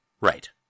Right